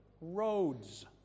roads